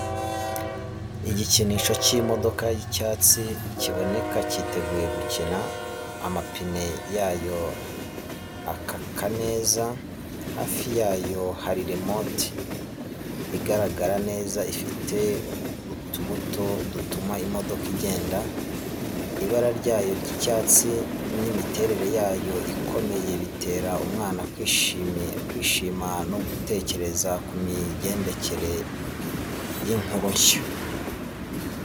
Igikinisho cy’imodoka y’icyatsi kiboneka cyiteguye gukina, amapine yayo akaka neza. Hafi yayo hari remote igaragara neza ifite utubuto dutuma imodoka igenda. Ibara ryayo ry’icyatsi n’imiterere yayo ikomeye bitera umwana kwishima no gutekereza ku migendekere y’inkuru nshya.